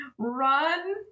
run